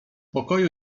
pokoju